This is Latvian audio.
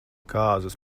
kāzas